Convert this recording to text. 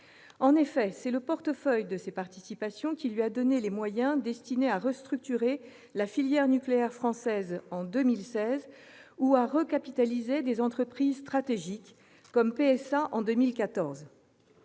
En effet, c'est le portefeuille de ses participations qui lui a donné les moyens destinés à restructurer la filière nucléaire française en 2016 ou à recapitaliser des entreprises stratégiques, comme PSA en 2014.